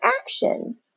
action